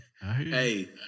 hey